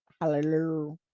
hallelujah